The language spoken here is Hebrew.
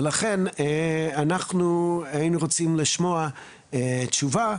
ולכן היינו רוצים לשמוע תשובה